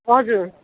हजुर